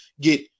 get